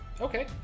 Okay